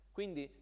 Quindi